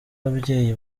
ababyeyi